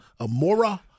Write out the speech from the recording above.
Amora